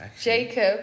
Jacob